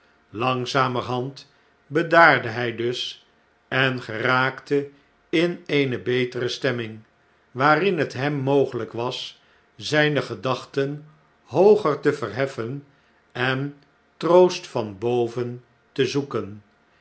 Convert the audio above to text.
langzamerhand bedaarde hij dus en geraakte in eene betere stemming waarin het hem mogelijk was zijne gedachten hooger te verheffen en troost van boven te zoeken